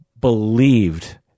believed